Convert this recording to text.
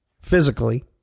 physically